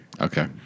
Okay